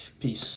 Peace